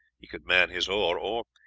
he could man his oar, or,